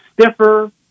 stiffer